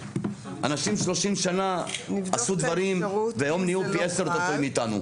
אנשים 30 שנה עשו דברים והיום יהיו פי עשר יותר טובים מאיתנו.